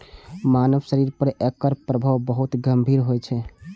मानव शरीर पर एकर प्रभाव बहुत गंभीर होइ छै